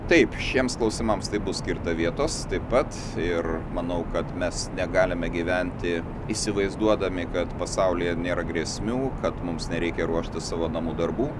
taip šiems klausimams tai bus skirta vietos taip pat ir manau kad mes negalime gyventi įsivaizduodami kad pasaulyje nėra grėsmių kad mums nereikia ruošti savo namų darbų